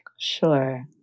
Sure